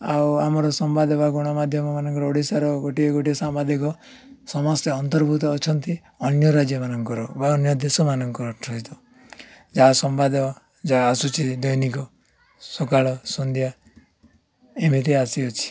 ଆଉ ଆମର ସମ୍ବାଦ ବା ଗଣମାଧ୍ୟମ ମାନଙ୍କର ଓଡ଼ିଶାର ଗୋଟିଏ ଗୋଟିଏ ସାମ୍ବାଦିକ ସମସ୍ତେ ଅନ୍ତର୍ଭୁତ ଅଛନ୍ତି ଅନ୍ୟ ରାଜ୍ୟ ମାନଙ୍କର ବା ଅନ୍ୟ ଦେଶମାନଙ୍କର ସହିତ ଯାହା ସମ୍ବାଦ ଯାହା ଆସୁଛିି ଦୈନିକ ସକାଳ ସନ୍ଧ୍ୟା ଏମିତି ଆସିଅଛି